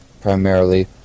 primarily